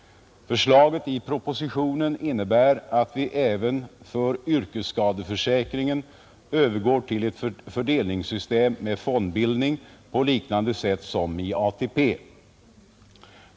Förslaget i propositionen innebär att vi även för yrkesskadeförsäkringen övergår till ett fördelningssystem med fondbildning på liknande sätt som i ATP.